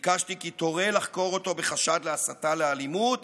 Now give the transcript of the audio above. וביקשתי כי תורה לחקור אותו בחשד להסתה לאלימות